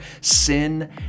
sin